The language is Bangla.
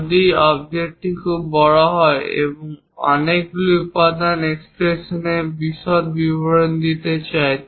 যদি অবজেক্টটি খুব বড় হয় এবং অনেকগুলি উপাদান এক্সপ্রেশনের বিশদ বিবরণ দিতে চায়